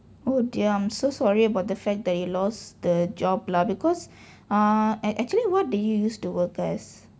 oh dear I'm so sorry about the fact that you lost the job lah because uh actually what did you used to work as